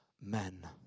men